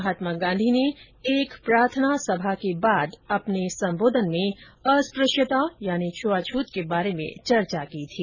महात्मा गांधी ने एक प्रार्थना सभा के बाद अपने संबोधन में अस्पृश्यता यानी छ्आछूत के बारे में चर्चा की थी